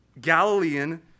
Galilean